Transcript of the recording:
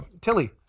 Tilly